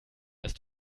ist